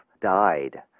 died